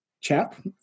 chap